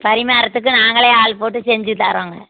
பரிமாறுறத்துக்கு நாங்களே ஆள் போட்டு செஞ்சுத் தரோங்க